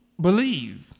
believe